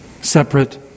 separate